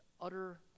utter